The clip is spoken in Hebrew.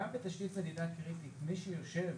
גם בתשתית קריטית מי שיושב,